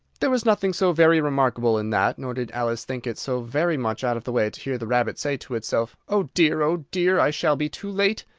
there was nothing so very remarkable in that nor did alice think it so very much out of the way to hear the rabbit say to itself, oh dear! oh dear! i shall be too late!